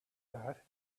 that